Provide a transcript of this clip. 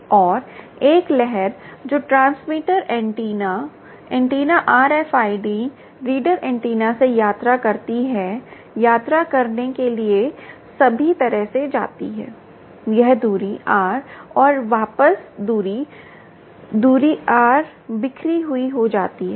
और एक लहर जो transmitter antenna antenna RFID reader antenna से यात्रा करती है यात्रा करने के लिए सभी तरह से जाती है यह दूरी r और वापस दूसरी दूरी आर बिखरी हुई हो जाती है